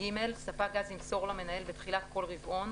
ספק גז ימסור למנהל בתחילת כל רבעון,